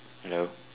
hello